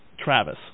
Travis